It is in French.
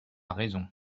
raison